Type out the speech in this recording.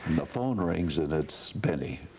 the phone rings and it's benny.